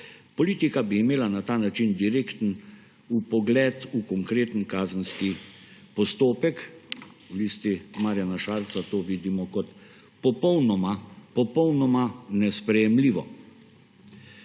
Politika bi imela na ta način direkten vpogled v konkreten kazenski postopek. V Listi Marjana Šarca to vidimo kot popolnoma nesprejemljivo.